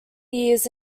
years